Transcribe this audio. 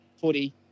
footy